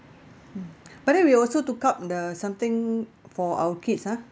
hmm but then we also took up the something for our kids ah